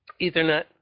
Ethernet